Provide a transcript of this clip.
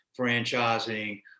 franchising